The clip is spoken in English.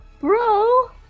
bro